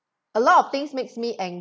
a lot of things makes me angry